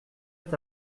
est